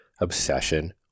obsession